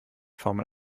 formel